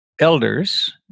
elders